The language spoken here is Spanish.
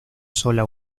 sola